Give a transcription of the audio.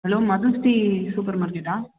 hello Madhushree super மார்க்கெட்டா